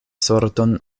sorton